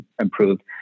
improved